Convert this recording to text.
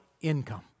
income